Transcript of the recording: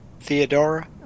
Theodora